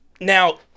Now